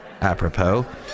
Apropos